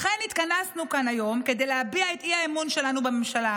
לכן התכנסנו כאן היום כדי להביע את האי-אמון שלנו בממשלה.